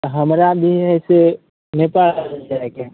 हमरा लिए से नेपाल जाएके हइ